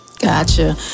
Gotcha